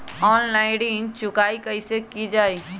Online ऋण चुकाई कईसे की ञाई?